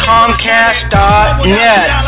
Comcast.net